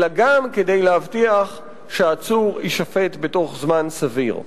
אלא גם כדי להבטיח שעצור יישפט בתוך זמן סביר.